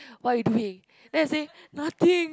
what you doing then I say nothing